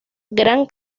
gran